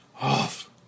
off